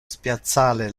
spiazzale